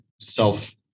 self